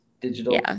digital